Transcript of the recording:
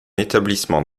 établissement